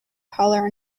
color